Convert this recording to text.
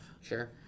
Sure